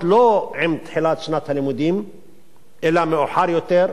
לא עם תחילת שנת הלימודים אלא מאוחר יותר,